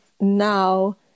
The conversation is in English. now